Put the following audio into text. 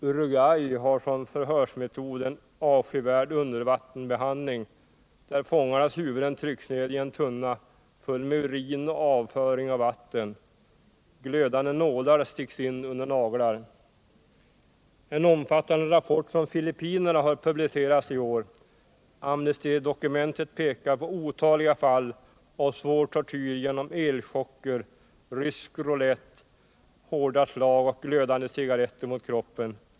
Uruguay har som förhörsmetod en avskyvärd undervattensbehandling, Internationellt där fångarnas huvuden trycks ned i en tunna full med urin, avföring = främjande av de och vatten. Glödande nålar sticks in under naglar. mänskliga rättighe En omfattande rapport från Filippinerna har publicerats i år. Amnes = terna tydokumentet pekar på otaliga fall av svår tortyr genom elchocker, rysk roulett, hårda slag och glödande cigaretter mot kroppen.